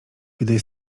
gdy